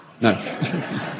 No